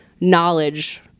knowledge